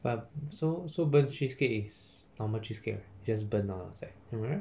but so so burnt cheesecake is normal cheesecake right just burnt on the outside am I right